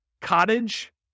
cottage